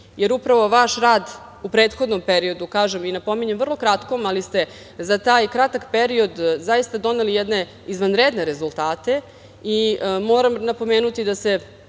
podršku. Upravo vaš rad u prethodnom periodu, kažem i napominjem, vrlo kratkom, ali ste za taj kratak period zaista doneli jedne izvanredne rezultate i moram napomenuti da se